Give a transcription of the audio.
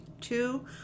Two